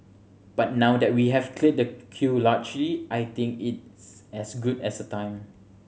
but now that we have cleared the queue largely I think it's as good as a time